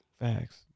Facts